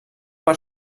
per